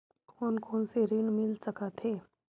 कोन कोन से ऋण मिल सकत हे?